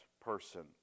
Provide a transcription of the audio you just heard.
person